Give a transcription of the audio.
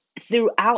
Throughout